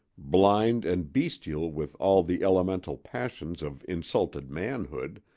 blind and bestial with all the elemental passions of insulted manhood,